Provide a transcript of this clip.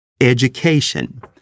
education